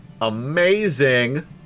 amazing